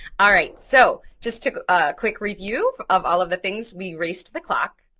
alright, so just to ah quick review of all of the things we raced the clock,